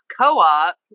co-op